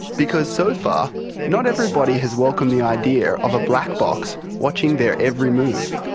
because so far not everybody has welcomed the idea of a black box watching their every move.